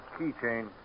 keychain